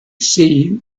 see